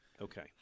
Okay